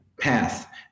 path